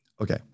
okay